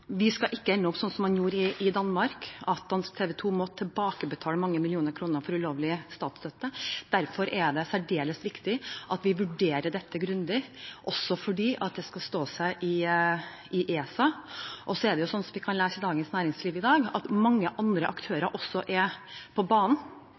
vi ikke skal ende opp slik man gjorde i Danmark – dansk TV 2 måtte tilbakebetale mange millioner kroner for ulovlig statsstøtte. Derfor er det særdeles viktig at vi vurderer dette grundig, også fordi det skal stå seg i ESA. Og så er det jo slik, som vi kan lese i Dagens Næringsliv i dag, at mange andre